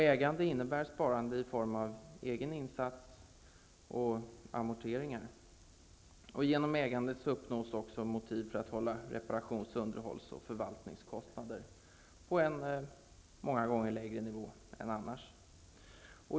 Ägande innebär sparande i form av egen insats och amorteringar, och genom ägandet uppnås också motiv för att hålla reparations-, underhålls och förvaltningskostnader på en många gånger lägre nivå än annars.